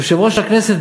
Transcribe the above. יושב-ראש הכנסת,